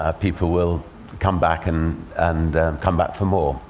ah people will come back and and come back for more.